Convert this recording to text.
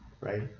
right